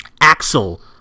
Axel